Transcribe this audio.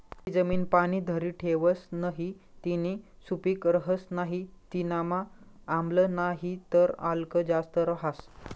जी जमीन पाणी धरी ठेवस नही तीनी सुपीक रहस नाही तीनामा आम्ल नाहीतर आल्क जास्त रहास